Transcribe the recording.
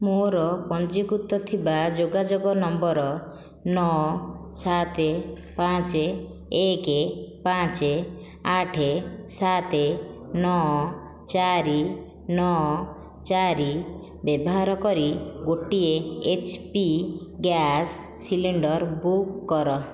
ମୋର ପଞ୍ଜୀକୃତ ଥିବା ଯୋଗାଯୋଗ ନମ୍ବର ନଅ ସାତ ପାଞ୍ଚ ଏକ ପାଞ୍ଚ ଆଠ ସାତ ନଅ ଚାରି ନଅ ଚାରି ବ୍ୟବାହାର କରି ଗୋଟିଏ H P gas cylinder book କର